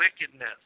wickedness